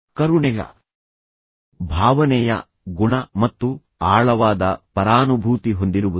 ಕರುಣೆಃ ಭಾವನೆಯ ಗುಣ ಮತ್ತು ಆಳವಾದ ಪರಾನುಭೂತಿ ಹೊಂದಿರುವುದು